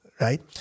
Right